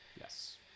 Yes